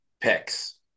picks